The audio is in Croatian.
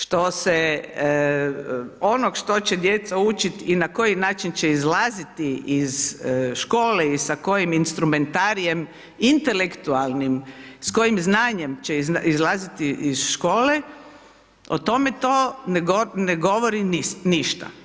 Što se onog što će djeca učiti i na koji način će izlaziti iz škole i sa kojim instrumentarijem intelektualnim, s kojim znanjem će izlaziti iz škole o tome to ne govori ništa.